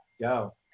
go